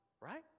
Right